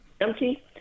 empty